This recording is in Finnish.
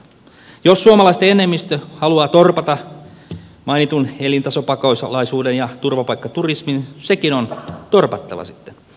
jos suomalaisten enemmistö haluaa torpata mainitun elintasopakolaisuuden ja turvapaikkaturismin sekin on torpattava sitten